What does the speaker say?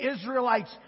Israelites